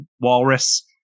walrus